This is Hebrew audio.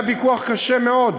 היה ויכוח קשה מאוד